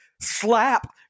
slap